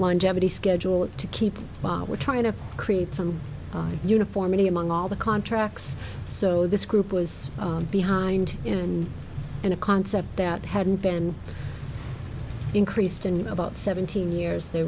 longevity schedule to keep while we're trying to create some uniformity among all the contracts so this group was behind in a concept that hadn't been increased in about seventeen years they